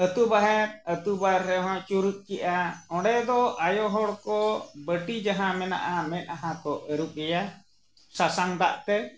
ᱟᱛᱳ ᱵᱟᱦᱮᱨ ᱟᱛᱳ ᱵᱟᱦᱨᱮ ᱨᱮᱦᱚᱸ ᱪᱩᱨᱩᱡ ᱠᱮᱜᱼᱟ ᱚᱸᱰᱮ ᱫᱚ ᱟᱭᱳ ᱦᱚᱲ ᱠᱚ ᱵᱟᱹᱴᱤ ᱡᱟᱦᱟᱸ ᱢᱮᱱᱟᱜᱼᱟ ᱢᱮᱫᱦᱟ ᱠᱚ ᱟᱹᱨᱩᱵᱮᱭᱟ ᱥᱟᱥᱟᱝ ᱫᱟᱜ ᱛᱮ